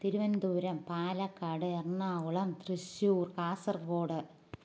Thiruvananthapuram Palakkad Ernakulam Thrissur Kasaragod